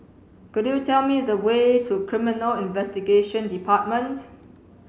could you tell me the way to Criminal Investigation Department